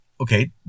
okay